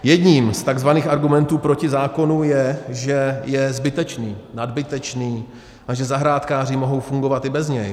Jedním z takzvaných argumentů proti zákonu je, že je zbytečný, nadbytečný a že zahrádkáři mohou fungovat i bez něj.